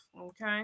okay